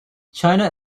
china